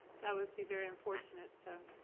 that would be very unfortunate. so